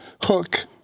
hook